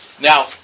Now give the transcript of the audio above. Now